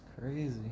crazy